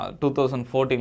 2014